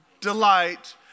delight